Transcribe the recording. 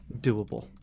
doable